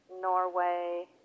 Norway